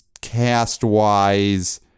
cast-wise